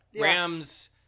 Rams